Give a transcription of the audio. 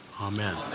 Amen